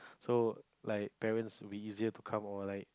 so like parents would be easier to come or like